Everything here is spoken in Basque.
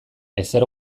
ezer